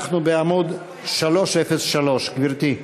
אנחנו בעמוד 303. גברתי.